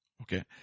Okay